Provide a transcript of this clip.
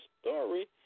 story